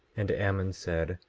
and ammon said